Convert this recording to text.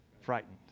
Frightened